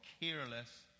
careless